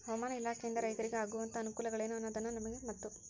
ಹವಾಮಾನ ಇಲಾಖೆಯಿಂದ ರೈತರಿಗೆ ಆಗುವಂತಹ ಅನುಕೂಲಗಳೇನು ಅನ್ನೋದನ್ನ ನಮಗೆ ಮತ್ತು?